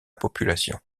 population